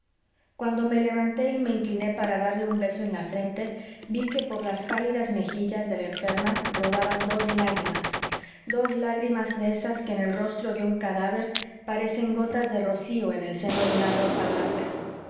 cuando me levanté y me incliné para darle un beso en la frente vi que por las pálidas mejillas de la enferma rodaban dos lágrimas dos lágrimas de esas que en el rostro de un cadáver parecen gotas de rocío en el seno de una rosa blanca